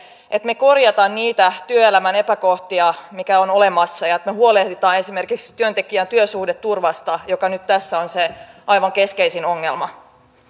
että me korjaamme niitä työelämän epäkohtia mitkä ovat olemassa ja että me huolehdimme esimerkiksi työntekijän työsuhdeturvasta joka nyt tässä on se aivan keskeisin ongelma